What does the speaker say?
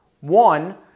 one